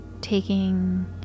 taking